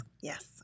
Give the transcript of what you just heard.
Yes